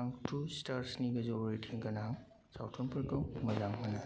आं two stars नि गोजौ रेटिं गोनां सावथुनफोरखौ मोजां मोनो